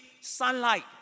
sunlight